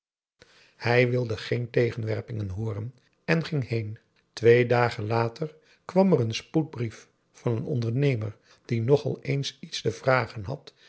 hij wilde geen tegenwerpingen hooren en ging heen twee dagen later kwam er een spoedbrief van een ondernemer die nogal eens iets te vragen had